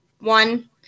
one